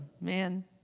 man